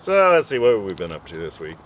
so let's see what we've been up to this week